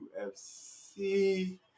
UFC